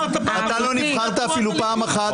אתה לא נבחרת אפילו פעם אחת.